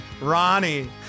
Ronnie